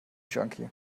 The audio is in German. junkie